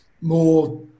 more